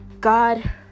God